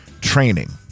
training